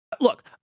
Look